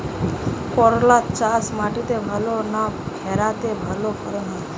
করলা চাষ মাটিতে ভালো না ভেরাতে ভালো ফলন হয়?